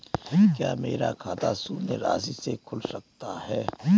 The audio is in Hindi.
क्या मेरा खाता शून्य राशि से खुल सकता है?